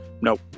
Nope